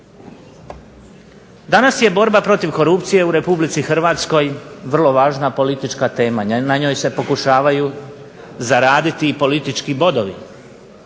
Danas je borba protiv korupcije u RH vrlo važna politička tema, na njoj se pokušavaju zaraditi i politički bodovi.